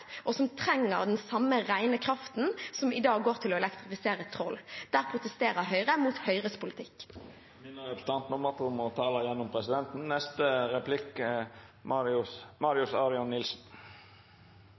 og som trenger den samme rene kraften som i dag går til å elektrifisere Troll. Der protesterer Høyre mot Høyres politikk. Fremskrittspartiet og Rødt er enige når det gjelder elektrifisering av sokkelen. Det er